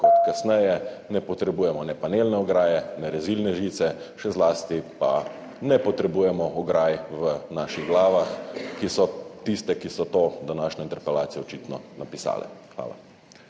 kot kasneje, ne potrebujemo ne panelne ograje ne rezilne žice, še zlasti pa ne potrebujemo ograj v naših glavah, ki so tiste, ki so to današnjo interpelacijo očitno napisale. Hvala.